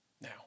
Now